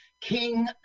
King